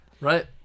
Right